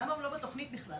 למה הוא לא בתוכנית בכלל?